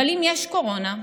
אבל אם יש קורונה,